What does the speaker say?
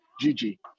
Gigi